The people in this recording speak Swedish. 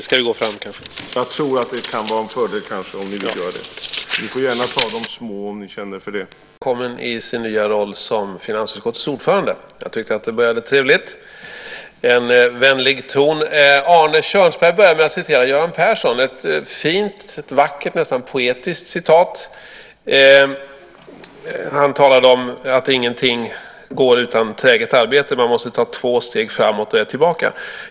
Herr talman! Jag vill också hälsa Arne Kjörnsberg välkommen i sin nya roll som finansutskottets ordförande. Det började trevligt med en vänlig ton. Arne Kjörnsberg började med att citera Göran Persson. Det var ett fint, vackert, nästan poetiskt citat. Han talade om att ingenting går utan träget arbete, man måste ta två steg framåt och ett tillbaka.